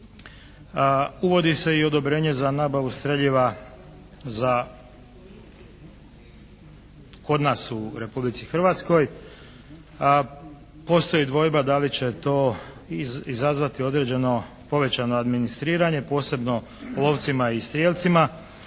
Uvodi se i odobrenje za nabavu streljiva za, kod nas u Republici Hrvatskoj postoji dvojba da li će to izazvati određeno povećano administriranje, posebno lovcima i strijelcima,